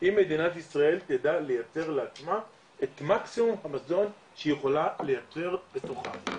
מדינת ישראל תדע לייצר לעצמה את מקסימום המזון שהיא יכולה לייצר בתוכה.